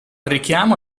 richiamo